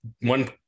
one